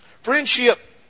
Friendship